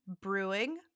brewing